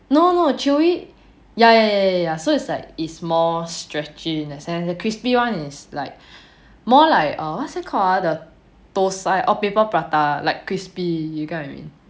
no no chewy ya ya ya ya ya so it's like it's more stretchy in the sense the crispy one is like more like what is it called ah the thosai or paper prata like crispy you get what I mean